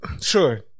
Sure